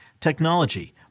technology